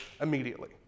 immediately